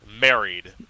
married